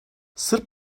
sırp